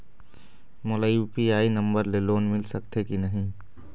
मोला UPI number ले loan मिल सकथे कि नहीं?